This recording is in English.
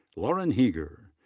lauren heeger.